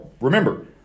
remember